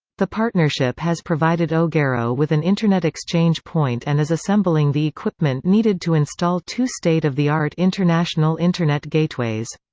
the partnership has provided ogero with an internet exchange point and is assembling the equipment needed to install two state of the art international internet gateways.